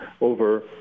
over